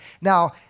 Now